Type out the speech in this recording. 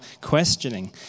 questioning